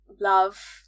love